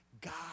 God